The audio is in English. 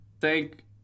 Thank